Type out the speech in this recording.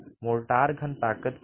mortar घन ताकत की जड़